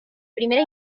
primera